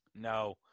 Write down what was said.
No